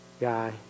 guy